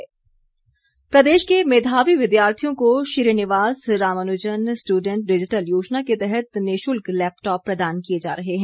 सरवीन प्रदेश के मेधावी विद्यार्थियों को श्रीनिवास रामानुजन स्ट्डेंट डिजिटल योजना के तहत निशुल्क लैपटॉप प्रदान किए जा रहे हैं